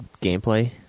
gameplay